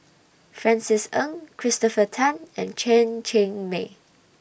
Francis Ng Christopher Tan and Chen Cheng Mei